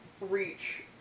reach